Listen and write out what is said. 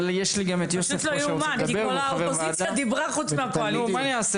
אבל יש לי גם את יוסף עטאונה כאן שרוצה לדבר והוא חבר ועדה.